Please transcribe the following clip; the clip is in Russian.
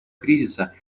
кризиса